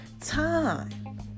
time